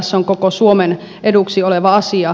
se on koko suomen eduksi oleva asia